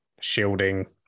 shielding